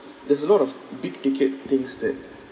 there's a lot of big ticket things that